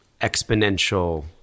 exponential